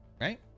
right